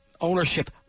ownership